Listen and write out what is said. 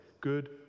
Good